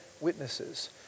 witnesses